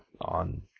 on